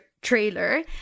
trailer